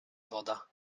woda